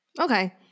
Okay